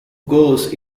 goes